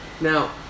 Now